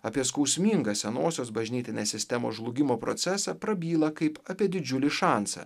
apie skausmingą senosios bažnytinės sistemos žlugimo procesą prabyla kaip apie didžiulį šansą